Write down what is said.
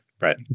Right